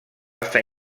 estar